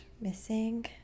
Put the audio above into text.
missing